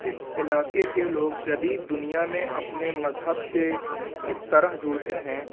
اس علاقے کے لوگ جدید دنیا میں اپنے مذہب سے اس طرح جڑتے ہیں